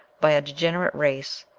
by a degenerate race,